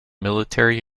military